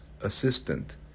assistant